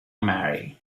marry